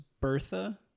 bertha